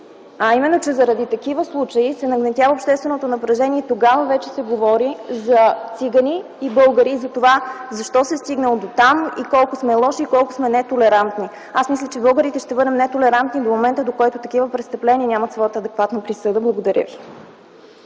а именно, че заради такива случаи се нагнетява общественото напрежение и тогава вече се говори за цигани и българи и за това защо се е стигнало до там и колко сме лоши, колко сме нетолерантни. Аз мисля, че българите ще бъдем нетолерантни до момента, до който такива престъпления нямат своята адекватна присъда. Благодаря